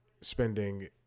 spending